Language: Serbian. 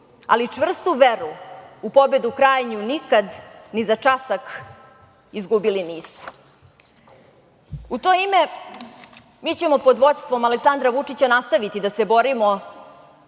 ali čvrstu veru u pobedu krajnju nikad, ni za časak, izgubili nisu."U to ime, mi ćemo pod vođstvom Aleksandra Vučića nastaviti da se borimo